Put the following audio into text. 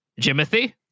Jimothy